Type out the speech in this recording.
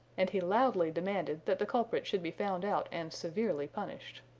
and he loudly demanded that the culprit should be found out and severely punished.